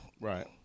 right